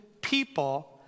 people